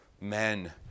men